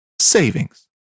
savings